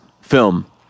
film